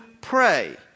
pray